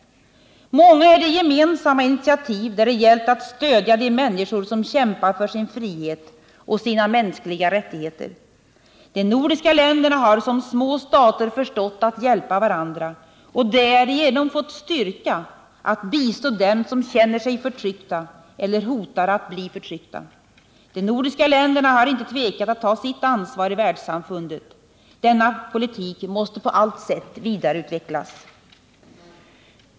Många är de gemensamma initiativ där det gällt att stödja de människor som kämpar för sin frihet och sina mänskliga rättigheter. De nordiska länderna har som små stater förstått att hjälpa varandra och därigenom fått styrka att bistå dem som känner sig förtryckta eller hotar att bli förtryckta. De nordiska länderna har inte tvekat att ta sitt ansvar i världssamfundet. Denna politik måste på allt sätt vidareutvecklas.